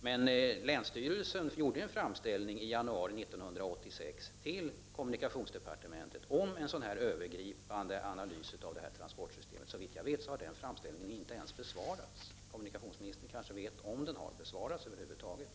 Men länsstyrelsen gjorde en framställning i januari 1986 till kommunikationsdepartementet om en övergripande 57 analys av detta transportsystem. Såvitt jag vet har den framställningen inte ens besvarats. Kommunikationsministern vet kanske om den över huvud taget har blivit besvarad.